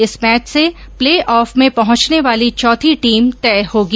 इस मैच से play off में पहुंचने वाली चौथी टीम तय होगी